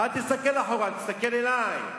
אל תסתכל אחורה, תסתכל אלי.